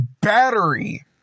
battery